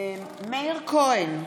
מאיר כהן,